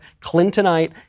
Clintonite